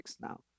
now